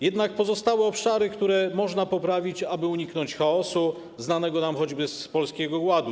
Jednak pozostały obszary, które można poprawić, aby uniknąć chaosu, znanego nam choćby z Polskiego Ładu.